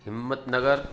Himmatnagar